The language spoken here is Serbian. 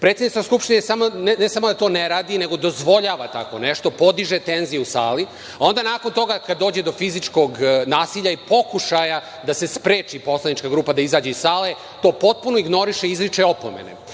Skupštine ne samo da to ne radi, nego dozvoljava tako nešto, podiže tenziju u sali, a onda nakon toga kada dođe do fizičkog nasilja i pokušaja da se spreči poslanička grupa da izađe iz sale to potpuno ignoriše i izriče opomene. Da